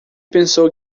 pensou